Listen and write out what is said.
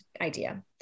idea